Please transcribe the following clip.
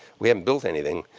we haven't built anything,